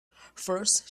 first